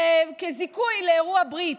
כזיכוי לאירוע ברית.